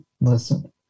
listen